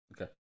Okay